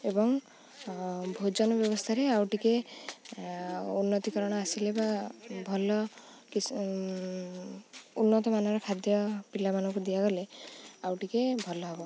ଏବଂ ଭୋଜନ ବ୍ୟବସ୍ଥାରେ ଆଉ ଟିକେ ଉନ୍ନତିକରଣ ଆସିଲେ ବା ଭଲ କି ଉନ୍ନତମାନର ଖାଦ୍ୟ ପିଲାମାନଙ୍କୁ ଦିଆଗଲେ ଆଉ ଟିକେ ଭଲ ହେବ